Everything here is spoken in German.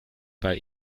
weil